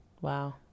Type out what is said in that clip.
wow